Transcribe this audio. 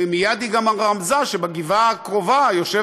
ומייד היא גם רמזה שבגבעה הקרובה יושב